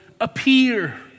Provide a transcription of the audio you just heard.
appear